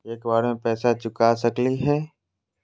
एक बार में पैसा चुका सकालिए है?